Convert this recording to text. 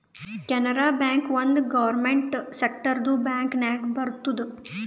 Canara bank ಒಂದ್ government ಸೆಕ್ಟರ್ದು bank ನಾಗ್ ಬರ್ತುದ್